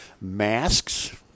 masks